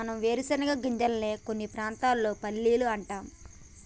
మనం వేరుశనగ గింజలనే కొన్ని ప్రాంతాల్లో పల్లీలు అంటాం